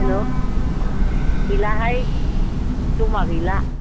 hello गैलाहाय जमा गैला